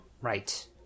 right